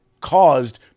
caused